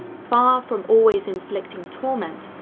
far from always inflicting torment,